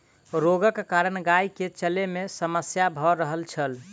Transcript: रोगक कारण गाय के चलै में समस्या भ रहल छल